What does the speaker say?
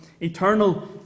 eternal